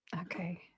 Okay